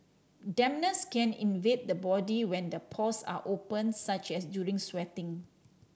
dampness can invade the body when the pores are open such as during sweating